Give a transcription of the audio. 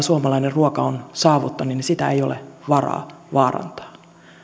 suomalainen ruoka on saavuttanut ei ole varaa vaarantaa